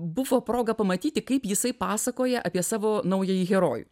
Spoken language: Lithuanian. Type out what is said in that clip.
buvo proga pamatyti kaip jisai pasakoja apie savo naująjį herojų